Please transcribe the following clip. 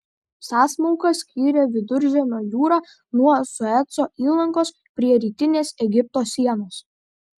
sąsmauka skyrė viduržemio jūrą nuo sueco įlankos prie rytinės egipto sienos